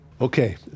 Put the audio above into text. Okay